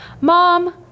Mom